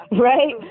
Right